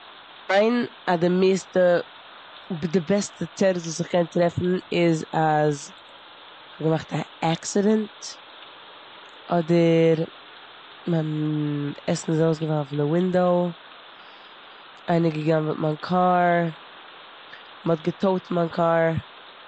אז די מערסטע, אז די בעסטע תירוץ וואס איך קען טרעפן איז אז כ'האב געמאכט א עקסידענט, אדער מיין עסן איז ארויסגעפאלן פון די ווינדאו, איינער האט גע'גנב'עט מיין קאר, מ'האט גע'טאוט מיין קאר.